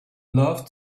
love